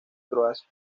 croacia